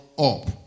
Up